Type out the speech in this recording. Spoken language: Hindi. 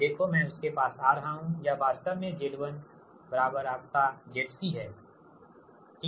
देखो मैं उसके पास आ रहा हू यह वास्तव में Z1 आपका ZCहै